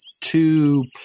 two